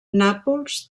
nàpols